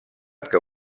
que